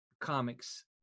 comics